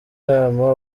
nama